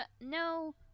no